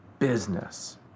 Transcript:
Business